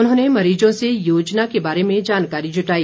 उन्होंने मरीजों से योजना के बारे में जानकारी जूटाई